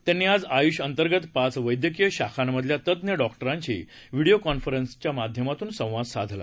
त्यांनी आज आयुष अंतर्गत पाच वद्धक्रीय शाखांमधल्या तज्ञ डॉक्ट्रिंशी विडीओ कॉन्फरन्सच्या माध्यमातून संवाद साधला